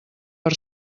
per